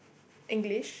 English